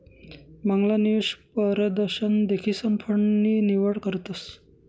मांगला निवेश परदशन देखीसन फंड नी निवड करतस